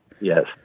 Yes